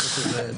בסדר.